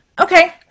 Okay